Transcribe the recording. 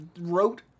wrote